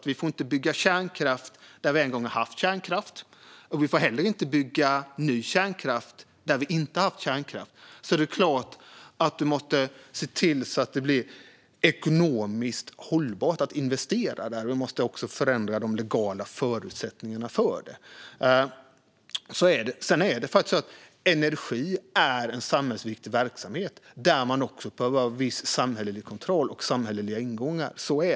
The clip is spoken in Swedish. Vi får inte bygga kärnkraft där vi en gång har haft kärnkraft, och vi får inte heller bygga ny kärnkraft där vi inte har haft kärnkraft. Så det är klart att vi måste se till att det blir ekonomiskt hållbart att investera, och vi måste också förändra de legala förutsättningarna för det. Energi är en samhällsviktig verksamhet där man behöver ha viss samhällelig kontroll och samhälleliga ingångar.